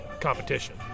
competition